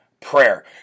prayer